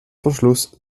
verschluss